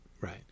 right